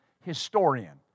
historian